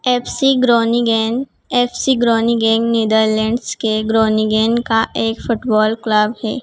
F C Groningen F C Groningen Netherlands के Groningen का एक फुटबॉल क्लब है